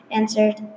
answered